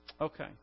Okay